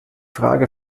frage